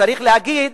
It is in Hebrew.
שצריך להגיד,